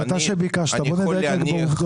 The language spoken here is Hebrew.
זה אתה שביקשת, בוא נדייק רק בעובדות.